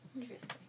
Interesting